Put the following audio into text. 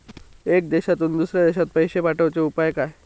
एका देशातून दुसऱ्या देशात पैसे पाठवचे उपाय काय?